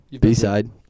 B-side